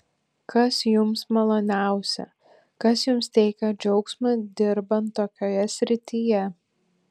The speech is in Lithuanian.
kas jums maloniausia kas jums teikią džiaugsmą dirbant tokioje srityje